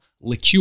Liqueur